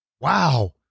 Wow